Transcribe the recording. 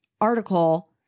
article